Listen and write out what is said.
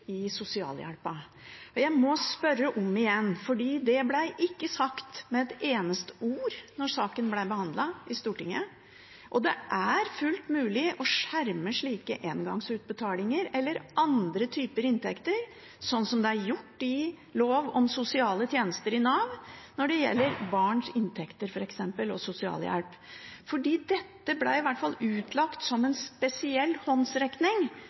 i sosialhjelpen? Og jeg må spørre om igjen fordi det ikke ble sagt med et eneste ord da saken ble behandlet i Stortinget. Og det er fullt mulig å skjerme slike engangsutbetalinger – eller andre typer inntekter – slik det er gjort i lov om sosiale tjenester i Nav, f.eks. når det gjelder barns inntekter og sosialhjelp. For dette – i hvert fall slik det ble utlagt – var en spesiell håndsrekning